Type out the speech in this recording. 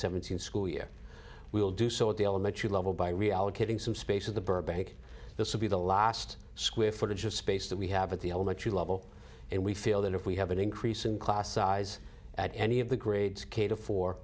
seventeen school year we will do so at the elementary level by reallocating some space of the burbank this will be the last square footage of space that we have at the elementary level and we feel that if we have an increase in class size at any of the grades